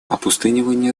опустынивание